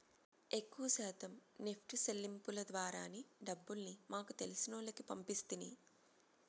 ఎక్కవ శాతం నెప్టు సెల్లింపుల ద్వారానే డబ్బుల్ని మాకు తెలిసినోల్లకి పంపిస్తిని